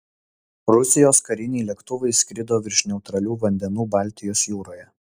rusijos kariniai lėktuvai skrido virš neutralių vandenų baltijos jūroje